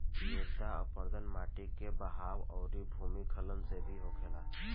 मृदा अपरदन माटी के बहाव अउरी भूखलन से भी होखेला